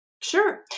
Sure